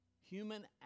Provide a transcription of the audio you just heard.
Human